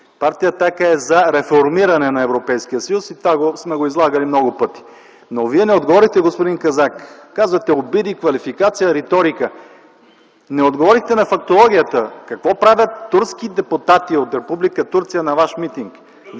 Партия „Атака” е за реформиране на Европейския съюз – това сме го излагали много пъти. Вие не отговорихте, господин Казак. Казвате „обиди, квалификация, риторика” – не отговорихте на фактологията. Какво правят турски депутати, от Република Турция, на Ваш митинг?